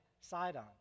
Sidon